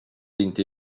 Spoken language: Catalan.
vint